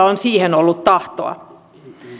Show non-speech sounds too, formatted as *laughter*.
*unintelligible* on siihen ollut tahtoa